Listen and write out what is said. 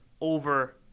over